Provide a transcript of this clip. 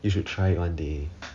you should try one day